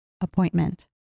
appointment